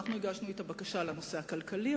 אנחנו הגשנו את הבקשה לנושא הכלכלי,